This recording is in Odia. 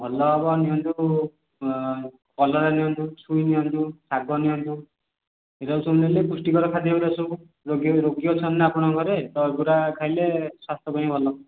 ଭଲ ହେବ ନିଅନ୍ତୁ କଲରା ନିଅନ୍ତୁ ଛୁଇଁ ନିଅନ୍ତୁ ଶାଗ ନିଅନ୍ତୁ ନେଲେ ଏଇ ସବୁ ନେଲେ ପୁଷ୍ଟିକର ଖାଦ୍ୟ ଏଗୁରା ସବୁ ରୋଗୀ ଅଛନ୍ତି ନାଁ ଆପଣଙ୍କ ଘରେ ତ ଏଗୁରା ଖାଇଲେ ସ୍ୱାସ୍ଥ୍ୟ ପାଇଁ ଭଲ